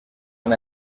amb